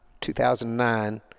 2009